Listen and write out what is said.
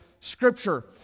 Scripture